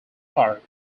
clark